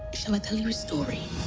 shall i tell you a story?